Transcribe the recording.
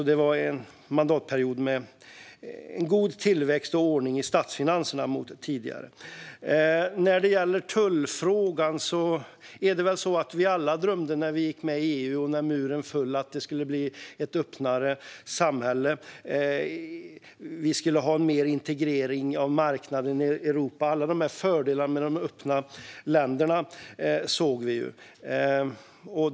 Det var mot tidigare en mandatperiod med god tillväxt och ordning i statsfinanserna. När det gäller tullfrågan drömde vi väl alla när vi gick med i EU och muren föll om att det skulle bli ett öppnare samhälle. Vi skulle ha mer integrering av marknaden i Europa. Vi såg alla fördelarna med de öppna länderna.